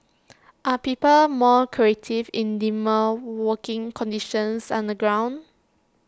are people more creative in dimmer working conditions underground